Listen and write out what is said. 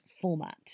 format